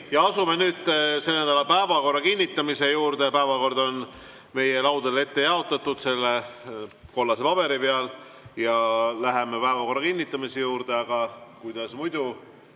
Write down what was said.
44. Asume nüüd selle nädala päevakorra kinnitamise juurde. Päevakord on meie laudadele jaotatud, selle kollase paberi peal. Ja läheme päevakorra kinnitamise juurde. Aga kuidas muidu,